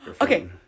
Okay